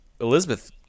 Elizabeth